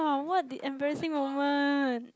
what the embarrassing moment